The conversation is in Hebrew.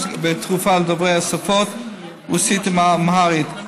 לגבי תרופה לדוברי השפות רוסית ואמהרית,